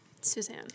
Suzanne